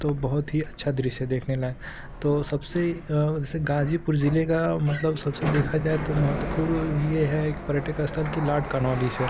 तो बहुत ही अच्छा दृश्य है देखने लायक़ तो सबसे जैसे गाज़ीपुर जिले का मतलब सबसे देखा जाए तो महत्वपूर्ण यह है कि पर्यटक स्थल कि लॉर्ड कॉर्नवालिस है